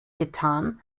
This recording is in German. getan